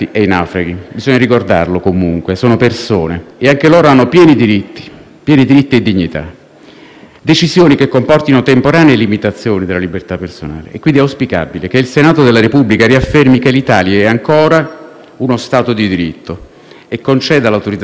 e dignità), che comportino temporanee limitazione della libertà personale. È quindi auspicabile che il Senato della Repubblica riaffermi che l'Italia è ancora uno Stato di diritto e conceda l'autorizzazione a procedere, permettendo al ministro Salvini di difendersi nel processo e non dal processo,